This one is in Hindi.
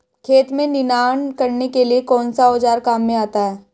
खेत में निनाण करने के लिए कौनसा औज़ार काम में आता है?